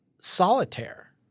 Solitaire